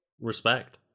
respect